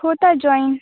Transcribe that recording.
होता जॉईन